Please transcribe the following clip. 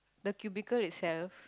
the cubicle itself